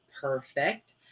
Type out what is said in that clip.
perfect